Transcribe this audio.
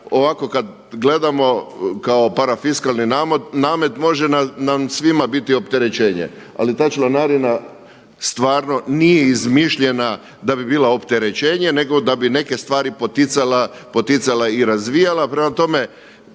ovako kada gledamo kao parafiskalni namet može nam svima biti opterećenje, ali ta članarina stvarno nije izmišljanja da bi bila opterećenje nego da bi neke stvari poticala i razvijala. Mi smo